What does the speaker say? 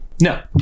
No